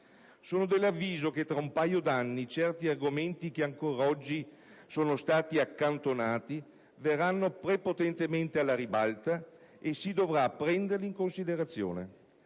Sono dell'avviso che tra un paio di anni certi argomenti, che ancora oggi sono stati accantonati, verranno prepotentemente alla ribalta e si dovrà prenderli in considerazione